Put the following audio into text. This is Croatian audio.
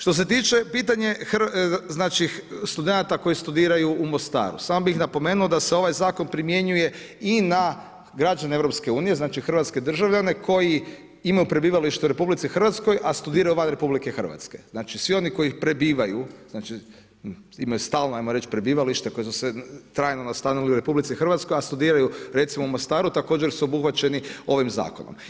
Što se tiče pitanje studenata koji studiraju u Mostaru, samo bih napomenuo da se ovaj zakon primjenjuje i na građane EU, znači Hrvatske državljane koji imaju prebivalište u RH, a studiraju van RH, znači svi oni koji prebivaju, imaju stalno ajmo reć prebivalište koji su se trajno nastanili u RH, a studiraju recimo u Mostaru također su obuhvaćeni ovim zakonom.